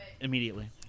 immediately